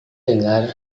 dengar